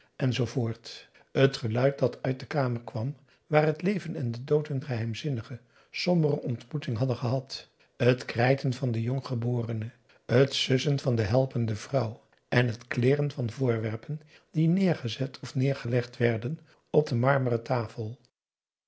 voort het geluid dat uit de kamer kwam waar het leven en de dood hun geheimzinnige sombere ontmoeting hadden gehad t krijten van de jonggeborene het sussen van de helpende vrouw en het klirren van voorwerpen die neergezet of neergelegd werden op de marmeren tafel